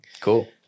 Cool